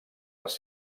les